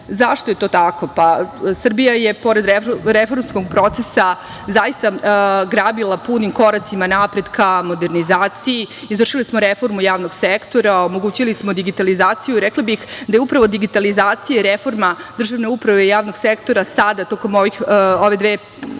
je to tako? Pa, Srbija je pored reformskog procesa zaista grabila punim koracima napred ka modernizaciji, izvršili smo reformu javnog sektora, omogućili smo digitalizaciju. Rekla bih da je upravo digitalizacija i reforma državne uprave i javnog sektora sada tokom ove dve godine